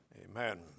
Amen